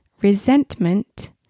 Resentment